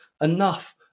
enough